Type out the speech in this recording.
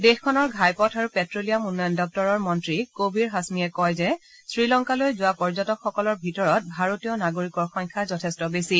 দেশখনৰ ঘাইপথ আৰু পেট্ৰ লিয়াম উন্নয়ন দপ্তৰৰ মন্ত্ৰী কবিৰ হাছমিয়ে কয় যে শ্ৰীলংকালৈ যোৱা পৰ্যটকসকলৰ ভিতৰত ভাৰতীয় নাগৰিকৰ সংখ্যা যথেষ্ঠ বেছি